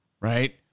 right